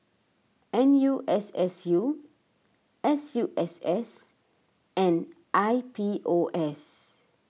N U S S U S U S S and I P O S